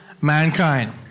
mankind